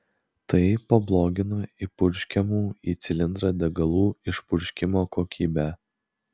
tai pablogina įpurškiamų į cilindrą degalų išpurškimo kokybę